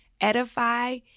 edify